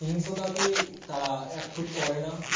হিংস্রতাকে তারা অ্যাপ্রুভ করে না